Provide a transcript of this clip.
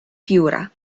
piura